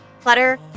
Clutter